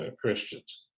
Christians